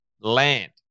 land